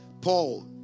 Paul